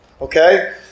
okay